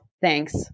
Thanks